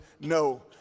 no